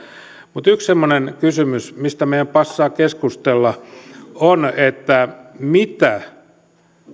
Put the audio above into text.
mutta yksi semmoinen kysymys mistä meidän passaa keskustella on että mitä